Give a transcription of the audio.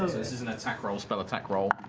this is an attack roll, a spell attack roll.